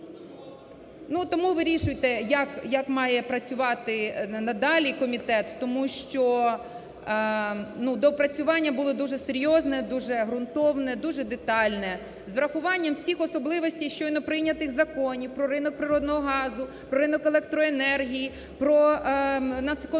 Тому вирішуйте як має працювати надалі комітет, тому що доопрацювання було дуже серйозне, дуже ґрунтовне, дуже детальне, з врахуванням всіх особливостей щойно прийнятих законів про ринок природного газу, про ринок електроенергії, про Нацкомісію